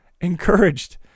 encouraged